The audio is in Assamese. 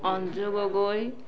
অঞ্জু গগৈ